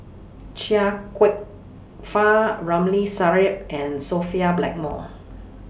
Chia Kwek Fah Ramli Sarip and Sophia Blackmore